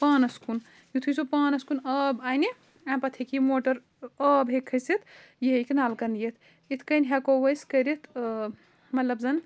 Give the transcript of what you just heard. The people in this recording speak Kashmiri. پانَس کُن یُتھُے سُہ پانَس کُن آب اَنہِ اَمہِ پَتہٕ ہیٚکہِ یہِ موٹَر آب ہیٚکہِ کھٔسِتھ یہِ ہیٚکہِ نَلکَن یِتھ یِتھ کَنۍ ہٮ۪کو أسۍ کٔرِتھ مطلب زَن